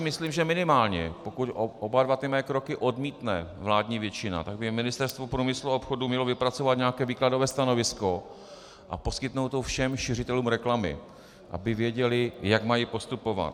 Myslím si, že minimálně pokud oba dva mé kroky odmítne vládní většina, tak by Ministerstvo průmyslu a obchodu mělo vypracovat nějaké výkladové stanovisko a poskytnout to všem šiřitelům reklamy, aby věděli, jak mají postupovat.